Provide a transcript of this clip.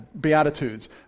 Beatitudes